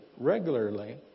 regularly